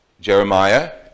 Jeremiah